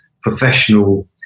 professional